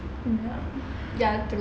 ya ya true